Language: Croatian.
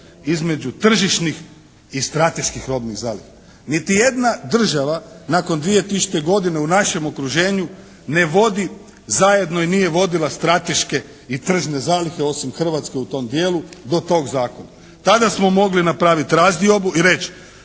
između tržišnih i strateških robnih zaliha. Niti jedna država nakon 2000. godine u našem okruženju ne vodi zajedno i nije vodila strateške i tržne zalihe osim Hrvatske u tom dijelu do tog zakona. Tada smo mogli napraviti razdiobu i reći: